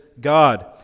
God